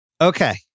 Okay